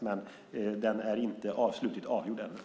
Men den är inte slutligt avgjord ännu.